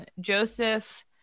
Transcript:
Joseph